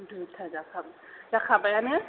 दुइता जाखां जाखाबायानो